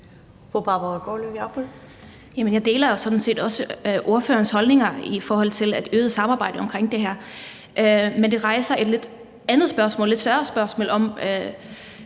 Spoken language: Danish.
sådan set også ordførerens holdninger om et øget samarbejde om det her. Men det rejser et lidt andet og lidt større spørgsmål om